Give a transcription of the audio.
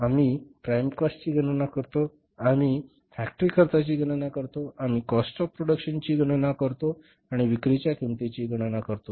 आम्ही prime cost ची गणना करतो आम्ही फॅक्टरी खर्चाची गणना करतो आम्ही काॅस्ट ऑफ प्रोडक्शन ची गणना करतो आणि विक्रीच्या किंमतीची गणना करतो